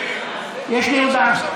יש לי הודעה.